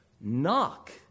Knock